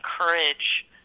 encourage